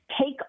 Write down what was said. take